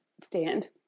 stand